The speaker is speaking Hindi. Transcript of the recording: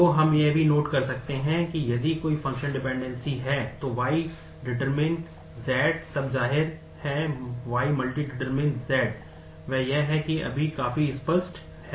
तो हम यह भी नोट कर सकते हैं कि यदि कोई फंक्शनल डिपेंडेंसी है तो Y → Z तब जाहिर है Y →→Z वह यह है कि अभी काफी स्पष्ट है